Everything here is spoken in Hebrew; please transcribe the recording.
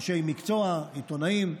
אנשי מקצוע, עיתונאים,